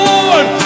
Lord